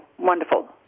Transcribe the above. wonderful